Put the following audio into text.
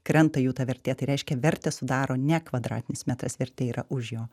krenta jų ta vertė tai reiškia vertę sudaro ne kvadratinis metras vertė yra už jo